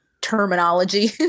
terminology